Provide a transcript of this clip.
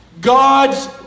God's